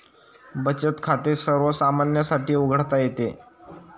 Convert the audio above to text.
बचत खाते सर्वसामान्यांसाठी उघडता येते